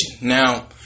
Now